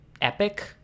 epic